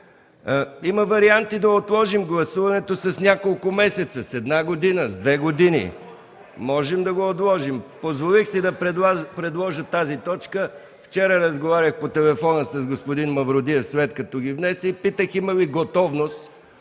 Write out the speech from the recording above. Има варианти да отложим гласуването с няколко месеца, с една година, с две години, можем да го отложим. Позволих си да предложа тази точка, защото вчера разговарях по телефона с господин Мавродиев, след като внесе предложението. Питах го има ли готовност